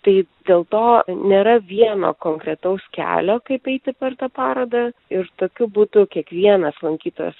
tai dėl to nėra vieno konkretaus kelio kaip eiti per tą paroda ir tokiu būtų kiekvienas lankytojas